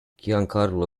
giancarlo